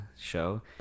show